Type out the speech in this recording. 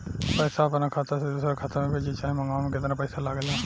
पैसा अपना खाता से दोसरा खाता मे भेजे चाहे मंगवावे में केतना पैसा लागेला?